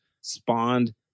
spawned